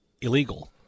illegal